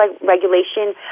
regulation